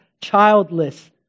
childless